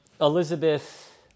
Elizabeth